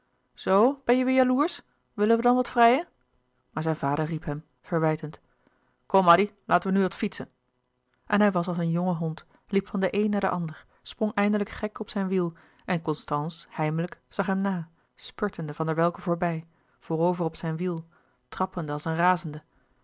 zoo ben je weêr jaloersch willen we dan wat vrijen maar zijn vader riep hem verwijtend kom addy laten we nu wat fietsen en hij was als een jonge hond liep van de een naar den ander sprong eindelijk gek op zijn wiel en constance heimelijk zag hem na spurtende van der welcke voorbij voorover op zijn wiel trappende als een razende